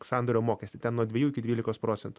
sandorio mokestį nuo dvejų iki dvylikos procentų